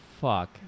fuck